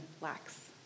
lacks